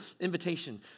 invitation